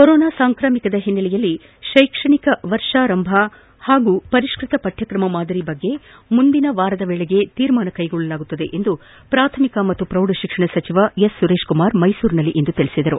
corona ಸಾಂಕ್ರಾಮಿಕದ ಹಿನ್ನೆಲೆಯಲ್ಲಿ ತ್ಯೆಕ್ಷಣಿಕ ವರ್ಷಾರಂಭ ಹಾಗೂ ಪರಿಷ್ಣತ ಪಠ್ಯಕ್ರಮ ಮಾದರಿ ಕುರಿತು ಮುಂದಿನ ವಾರದ ವೇಳೆಗೆ ನಿರ್ಧರಿಸಲಾಗುವುದೆಂದು ಪ್ರಾಥಮಿಕ ಮತ್ತು ಪ್ರೌಢ ಶಿಕ್ಷಣ ಸಚಿವ ಸುರೇಶ್ ಕುಮಾರ್ ಮೈಸೂರಿನಲ್ಲಿಂದು ತಿಳಿಸಿದ್ದಾರೆ